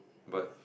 but